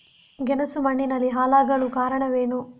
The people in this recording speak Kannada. ಗೆಣಸು ಮಣ್ಣಿನಲ್ಲಿ ಹಾಳಾಗಲು ಕಾರಣವೇನು?